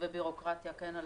-- ובירוקרטיה על